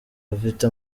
ifite